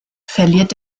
verliert